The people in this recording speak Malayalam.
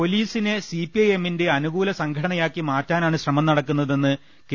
പൊലീസിനെ സിപിഐഎമ്മിന്റെ അനുകൂല സംഘടനയാക്കി മാറ്റാനാണ് ശ്രമം നടക്കുന്നതെന്ന് കെ